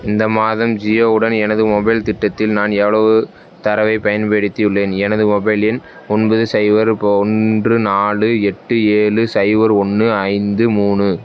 இந்த மாதம் ஜியோவுடன் எனது மொபைல் திட்டத்தில் நான் எவ்வளோவு தரவைப் பயன்படுத்தியுள்ளேன் எனது மொபைல் எண் ஒன்பது சைபர் போ ஒன்று நாலு எட்டு ஏழு சைபர் ஒன்று ஐந்து மூணு